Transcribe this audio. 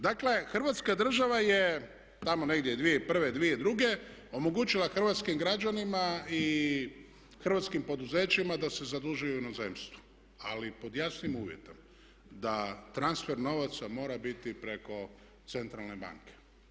Dakle, Hrvatska država je tamo negdje 2001., 2002. omogućila hrvatskim građanima i hrvatskim poduzećima da se zadužuju u inozemstvu ali pod jasnim uvjetom da transfer novaca mora biti preko centralne banke.